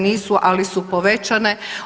Nisu, ali su povećane.